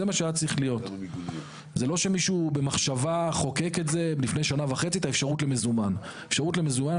זה לא שמישהו חוקק את האפשרות למזומן תוך מחשבה,